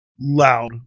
loud